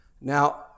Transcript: Now